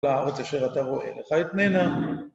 את כל הארץ אשר אתה רואה, לך אתננה.